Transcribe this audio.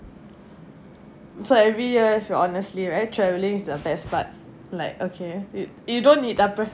so every year if honestly right traveling is the best part like okay you don't need